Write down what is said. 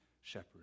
shepherd